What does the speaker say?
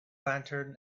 lantern